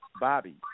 Bobby